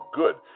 good